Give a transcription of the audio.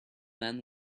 man